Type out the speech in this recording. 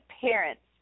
parents